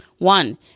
One